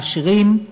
לעשירים,